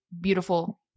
beautiful